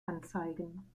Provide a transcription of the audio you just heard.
anzeigen